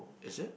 is it